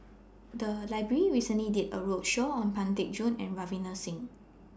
The Library recently did A roadshow on Pang Teck Joon and Ravinder Singh